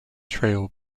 trail